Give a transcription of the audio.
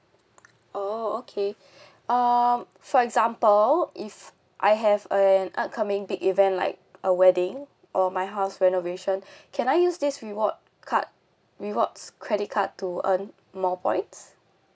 oh okay um for example if I have an upcoming big event like a wedding or my house renovation can I use this reward card rewards credit card to earn more points